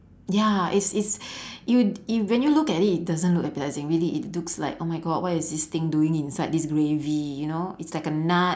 ya it's it's you you when you look at it it doesn't look appetising really it looks like oh my god what is this thing doing inside this gravy you know it's like a nut